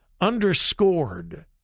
underscored